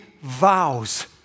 vows